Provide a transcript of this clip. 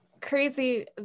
crazy